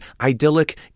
idyllic